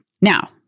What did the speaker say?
now